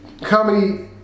comedy